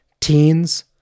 teens